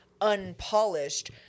unpolished